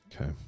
Okay